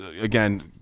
again